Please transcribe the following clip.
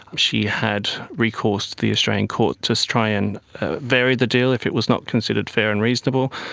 she had recourse to the australian court to try and vary the deal if it was not considered fair and reasonable,